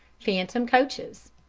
phantom coaches